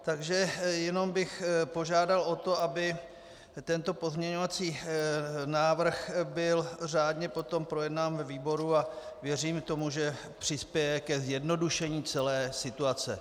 Takže jen bych požádal o to, aby byl tento pozměňovací návrh řádně projednán ve výboru, a věřím tomu, že přispěje ke zjednodušení celé situace.